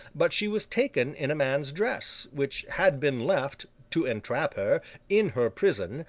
but, she was taken in a man's dress, which had been left to entrap her in her prison,